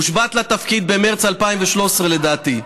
הושבעת לתפקיד במרס 2013, לדעתי.